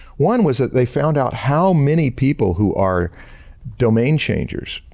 one was that they found out how many people who are domain changers,